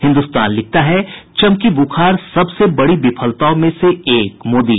हिन्दुस्तान लिखता है चमकी बुखार सबसे बड़ी विफलताओं में से एक मोदी